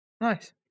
Nice